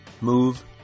move